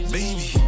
Baby